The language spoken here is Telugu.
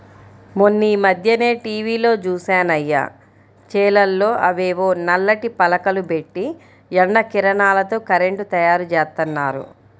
మొన్నీమధ్యనే టీవీలో జూశానయ్య, చేలల్లో అవేవో నల్లటి పలకలు బెట్టి ఎండ కిరణాలతో కరెంటు తయ్యారుజేత్తన్నారు